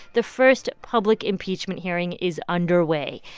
the first public impeachment hearing is underway.